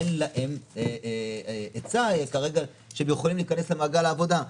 אין להם היצע כרגע שהם יכולים להיכנס למעגל העבודה.